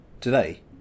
Today